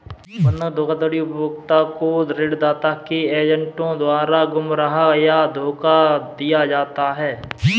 बंधक धोखाधड़ी उपभोक्ता को ऋणदाता के एजेंटों द्वारा गुमराह या धोखा दिया जाता है